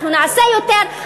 אנחנו נעשה יותר,